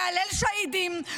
מהלל שהידים,